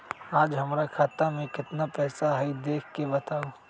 आज हमरा खाता में केतना पैसा हई देख के बताउ?